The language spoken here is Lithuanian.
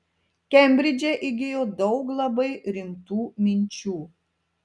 kembridže įgijo daug labai rimtų minčių